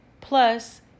plus